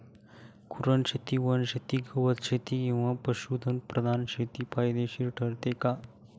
कुरणशेती, वनशेती, गवतशेती किंवा पशुधन प्रधान शेती फायदेशीर ठरते का?